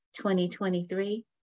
2023